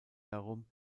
darum